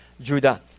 Judah